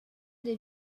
des